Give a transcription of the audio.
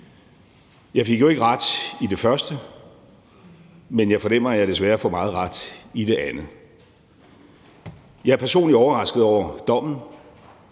Jeg fik jo ikke ret i det første, men jeg fornemmer, at jeg desværre får meget ret i det andet. Jeg er personligt overrasket over dommen.